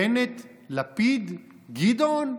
בנט, לפיד, גדעון,